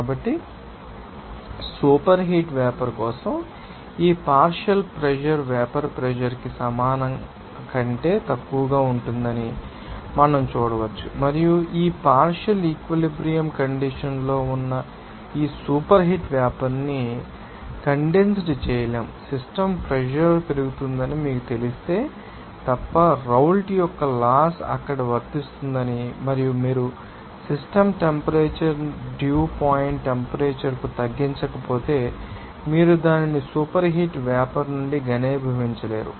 కాబట్టి superheat vapour కోసం ఈ పార్షియల్ ప్రెషర్ వేపర్ ప్రెషర్ కి సమానం కంటే తక్కువగా ఉంటుందని మనం చూడవచ్చు మరియు ఈ పార్షియల్ ఈక్విలిబ్రియం కండిషన్స్ లో ఉన్న ఈ సూపర్ హీట్ వేపర్ ని కండెన్సెడ్ చెయ్యలేము సిస్టమ్ ప్రెషర్ పెరుగుతుందని మీకు తెలిస్తే తప్ప రౌల్ట్ యొక్క లాస్ అక్కడ వర్తిస్తుందని మరియు మీరు సిస్టమ్ టెంపరేచర్ ని డ్యూ పాయింట్ టెంపరేచర్ కు తగ్గించకపోతే మీరు దానిని సూపర్హీట్ వేపర్ నుండి ఘనీభవించలేరు